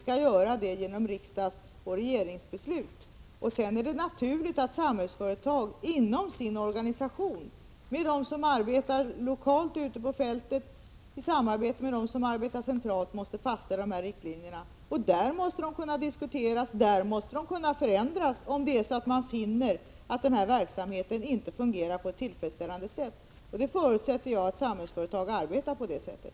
Sedan är det naturligt att Samhällsföretag fastställer riktlinjerna i samarbete mellan dem inom den egna organisationen som arbetar lokalt och ute på fältet och dem som arbetar centralt. Där måste riktlinjerna kunna diskuteras, och där måste de kunna förändras, om man finner att verksamheten inte fungerar på ett tillfredsställande sätt. Jag förutsätter att Samhällsföretag arbetar på det sättet.